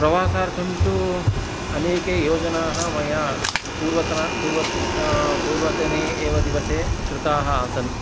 प्रवासार्थं तु अनेके योजनाः मया पूर्वतने पूर्वं पूर्वतने एव दिवसे कृताः आसन्